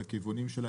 את הכיוונים שלה,